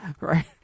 right